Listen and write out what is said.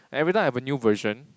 and every time I have a new version